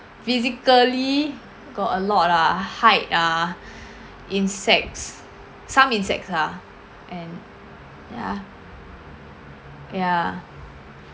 physically got a lot ah height ah insects some insects ah and ya ya